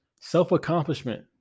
Self-accomplishment